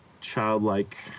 childlike